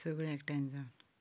सगळीं एकठांय जावन